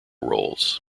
roles